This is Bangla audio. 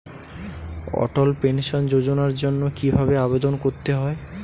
অটল পেনশন যোজনার জন্য কি ভাবে আবেদন করতে হয়?